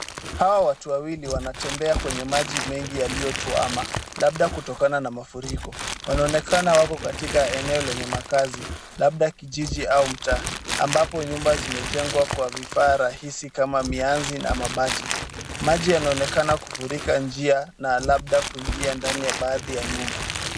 Hawa watu wawili wanatembea kwenye maji mengi yaliyotuama, labda kutokana na mafuriko. Wanaonekana wako katika eneo lenye makazi, labda kijiji au mtaa ambapo nyumba zimejengwa kwa vifaa rahisi kama mianzi na mabati. Maji yanaonekana kufurika njia na labda kuingia ndani ya baadhi ya nyumba.